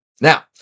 now